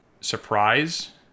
surprise